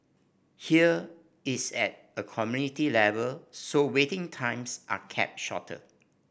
here it's at a community level so waiting times are kept shorter